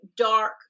dark